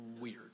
Weird